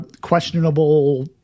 questionable